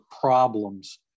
problems